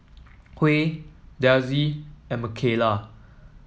Huey Delsie and Mikayla